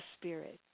spirit